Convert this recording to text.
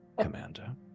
Commander